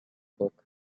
book